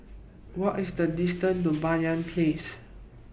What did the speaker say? What IS The distance to Banyan Place